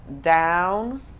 down